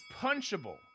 punchable